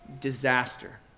disaster